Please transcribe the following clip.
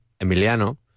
Emiliano